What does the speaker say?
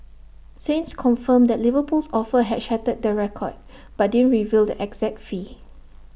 saints confirmed that Liverpool's offer had shattered the record but didn't reveal the exact fee